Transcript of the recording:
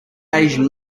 asian